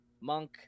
Monk